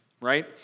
right